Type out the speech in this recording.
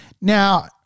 Now